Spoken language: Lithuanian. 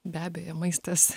be abejo maistas